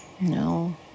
No